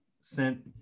sent